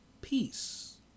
peace